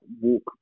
walk